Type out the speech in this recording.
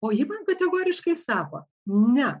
o ji man kategoriškai sako ne